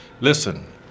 Listen